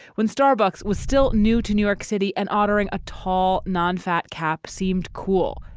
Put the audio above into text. when starbucks was still new to new york city and ordering a tall, non-fat cap seemed cool.